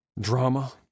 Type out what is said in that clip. Drama